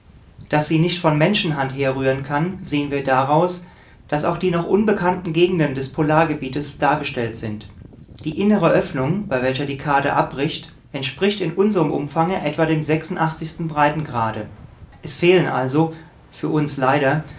daß sie nicht von menschenhand herrühren kann sehen wir daraus daß auch die noch unbekannten gegenden des polargebietes dargestellt sind die innere öffnung bei welcher die karte abbricht entspricht in ihrem umfange etwa den breitengrad es fehlen also für uns leider